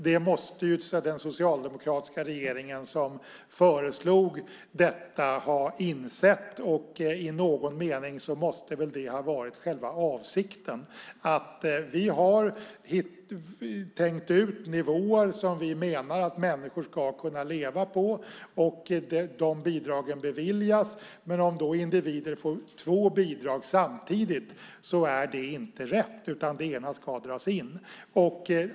Det måste den socialdemokratiska regeringen som föreslog detta ha insett. I någon mening måste det ha varit själva avsikten: Vi har tänkt ut nivåer som vi menar att människor ska kunna leva på, och de bidragen beviljas, men om individer får två bidrag samtidigt är det inte rätt.